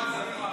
180 מעלות.